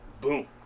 Boom